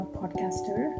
podcaster